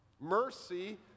Mercy